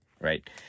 right